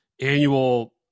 annual